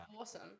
awesome